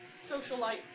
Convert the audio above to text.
socialite